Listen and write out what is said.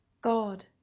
God